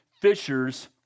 fishers